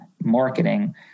marketing